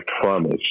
promise